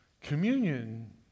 Communion